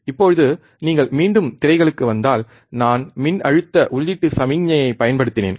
இப்போது நீங்கள் மீண்டும் திரைகளுக்கு வந்தால் நான் மின்னழுத்த உள்ளீட்டு சமிக்ஞையைப் பயன்படுத்தினேன்